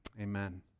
amen